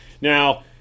Now